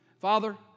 Father